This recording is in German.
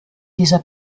dieser